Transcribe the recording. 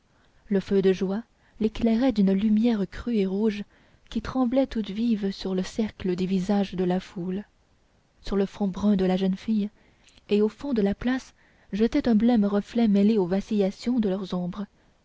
le feu de joie l'éclairait d'une lumière crue et rouge qui tremblait toute vive sur le cercle des visages de la foule sur le front brun de la jeune fille et au fond de la place jetait un blême reflet mêlé aux vacillations de leurs ombres